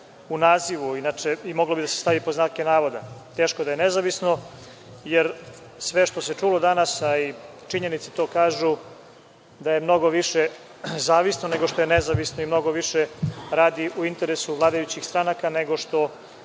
u nazivu i moglo bi da se stavi pod znake navoda. Teško da je nezavisno, jer sve što se čulo danas, a i činjenice to kažu da je mnogo više zavisno nego što je nezavisno i mnogo više radi u interesu vladajućih stranaka nego što